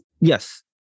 Yes